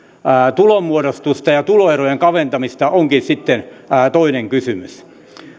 tulonmuodostusta ja tuloerojen kaventamista onkin sitten toinen kysymys